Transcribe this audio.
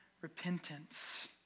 repentance